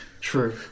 True